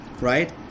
right